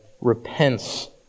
repents